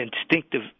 instinctive